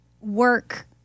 work-